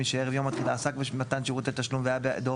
מי שערב יום התחילה עסק במתן שירותי תשלום והיה בידו